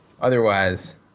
Otherwise